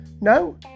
No